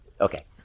Okay